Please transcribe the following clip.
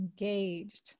engaged